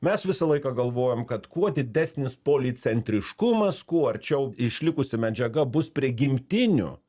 mes visą laiką galvojom kad kuo didesnis policentriškumas kuo arčiau išlikusi medžiaga bus prigimtinių